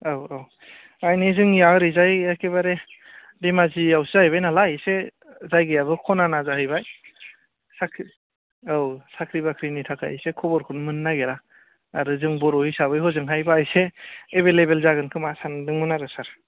औ औ माने जोंनिया ओरैजाय एकेबारे धेमाजियावसो जाहैबाय नालाय इसे जायगायाबो ख'नाना जाहैबाय साख्रि औ साख्रि बाख्रिनि थाखाय इसे खबरखौनो मोननो नागिरा आरो जों बर' हिसाबै हजोंहायबा इसे एभैलेबोल जागोन खोमा सानदोंमोन आरो सार